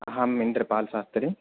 अहम् इन्द्रपाल् शास्त्री